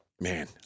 Man